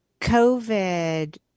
COVID